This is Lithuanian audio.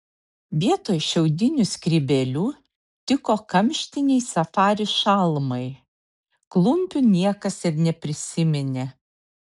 vietoj šiaudinių skrybėlių tiko kamštiniai safari šalmai klumpių niekas ir neprisiminė